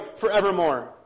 forevermore